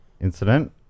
incident